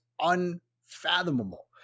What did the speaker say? unfathomable